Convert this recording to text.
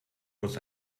muss